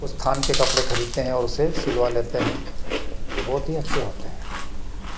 कुछ थान के कपड़े खरीदते हैं और उसे सिलवा लेतें हैं जो बहुत ही अच्छे होतें हैं